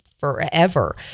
forever